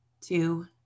two